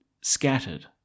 scattered